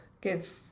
give